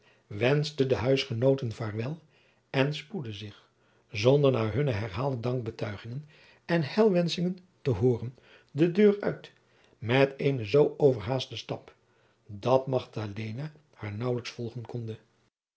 wenschte de huisgenooten vaarwel en spoedde zich zonder naar hunne herhaalde dankbetuigingen en heilwenschingen te hooren de deur uit met eenen zoo overhaasten stap dat magdalena haar naauwlijks volgen konde